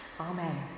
Amen